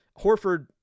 Horford